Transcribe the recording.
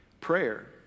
prayer